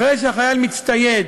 אחרי שהחייל מצטייד